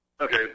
Okay